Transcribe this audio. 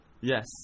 Yes